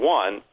one